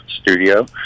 studio